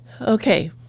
Okay